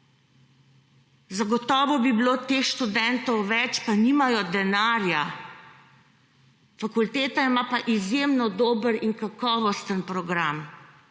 Zagotovo bi bilo teh študentov več, pa nimajo denarja. Fakulteta ima pa izjemno dober in kakovosten program